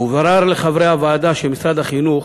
הוברר לחברי הוועדה שמשרד החינוך,